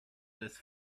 this